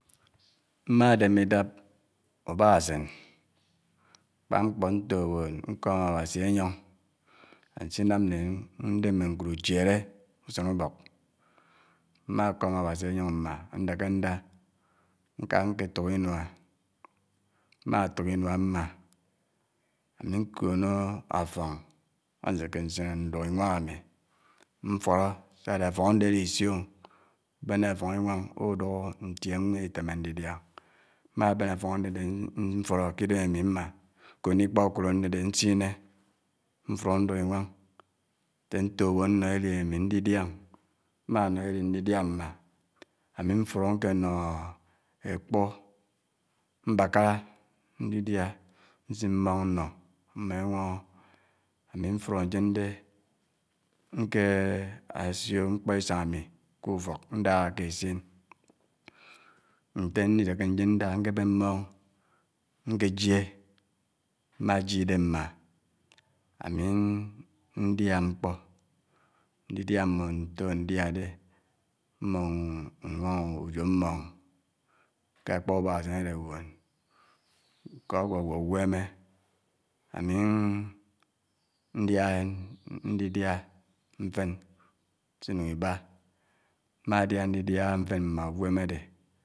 Ma dèmmè idap u áhásèn ákpá mkpò ntò duòn nkòm ábasi ènyòng sí nám nè ndèmmè nkud uchidè usèn ubòk mà nkòm ábási enyòng mmá ándèkè ndià nká nkè tuk inuá má ntuk inuá mmá ámi nkònò áffóng ánséké nsinè duk inwáng ámi mfòdò sà dè áffóng ándè ádè isiò ubéné áffóng inwáng uduk ntiè nwèn ètèmmè ndidiá má bèn áffóng ándèdè mfódó k'idèm ámi mmá nkònò ikpà ukòd àndèdè nsinè mkuró nduk inwàng nsè ntò duòn nnò èli ámi ndidià mà nó èli ndidiá mmá ámi mfuró nkè nó èkpu mbàkàrá ndidiá, nsin mmóng nnó ámmò ènwòngò ámi mfuró ndièn dè nkè sió mkpó isáng ámi k'ufók ndáhá kè èssièn ntè ndièn ndidèkè ndá ndién nké bén mmóng nké jiè ma jiè idèm mmá ámi ndiá mkpò ndidiá ámbòhò ntò ndiá dé mbó nwòng ujò mmóng ké ákpá u àhàsèn ádè duòn, nkò ágwógwó ugwèmè ámi ndiá ndidiá mfén si nung ibà, mmá ndiá ndidiá mfèn má ugwèmè ádè.